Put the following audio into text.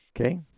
Okay